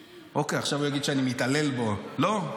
אוקיי, עכשיו הוא יגיד שאני מתעלל בו, לא.